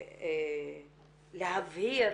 להבהיר